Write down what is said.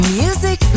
music